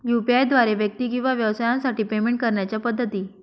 UPI द्वारे व्यक्ती किंवा व्यवसायांसाठी पेमेंट करण्याच्या पद्धती